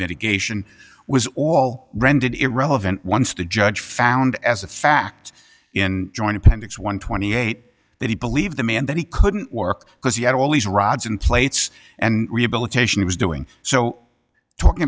mitigation was all rendered irrelevant once the judge found as a fact in joint appendix one twenty eight that he believed them and then he couldn't work because he had all these rods and plates and rehabilitation was doing so talking